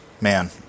man